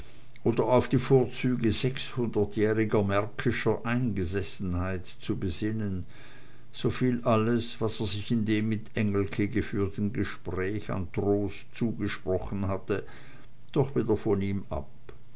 oder auf die vorzüge sechshundertjähriger märkischer eingesessenheit zu besinnen so fiel alles was er sich in dem mit engelke geführten gespräch an trost zugesprochen hatte doch wieder von ihm ab